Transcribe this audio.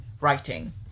writing